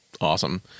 awesome